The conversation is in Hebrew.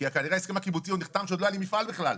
כי ההסכם הקיבוצי נחתם כשעוד לא היה לי מפעל בכלל,